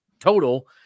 total